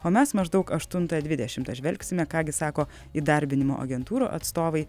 o mes maždaug aštuntą dvidešimtą žvelgsime ką gi sako įdarbinimo agentūrų atstovai